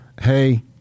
hey